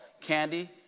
candy